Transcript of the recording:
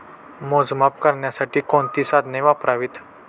मोजमाप करण्यासाठी कोणती साधने वापरावीत?